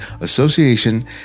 Association